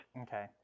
Okay